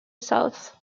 south